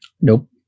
Nope